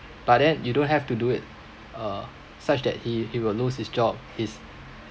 but then you don't have to do it uh such that he he will lose his job his